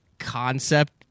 concept